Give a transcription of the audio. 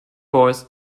boys